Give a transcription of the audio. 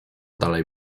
dalej